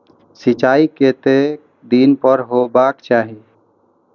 सिंचाई कतेक दिन पर हेबाक चाही?